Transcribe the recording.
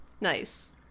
Nice